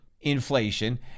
inflation